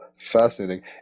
Fascinating